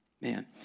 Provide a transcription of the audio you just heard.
Man